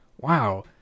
wow